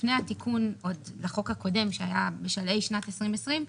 לפני התיקון עוד לחוק הקודם שהיה בשלהי שנת 2020,